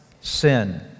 sin